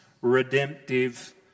redemptive